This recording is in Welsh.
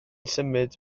symud